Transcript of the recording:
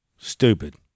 stupid